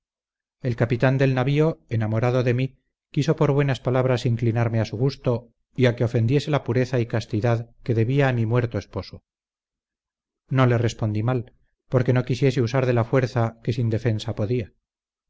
el capitán del navío enamorado de mí quiso por buenas palabras inclinarme a su gusto y a que ofendiese la pureza y castidad que debía a mi muerto esposo no le respondí mal por que no quisiese usar de la fuerza que sin defensa podía